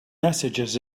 messages